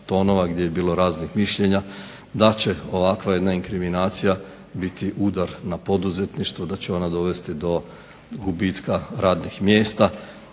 gdje je bilo raznih mišljenja da će ovakva jedna inkriminacija biti udar na poduzetništvo, da će ona dovesti do gubitka radnih mjesta